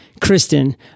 Kristen